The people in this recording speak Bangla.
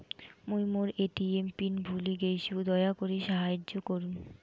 মুই মোর এ.টি.এম পিন ভুলে গেইসু, দয়া করি সাহাইয্য করুন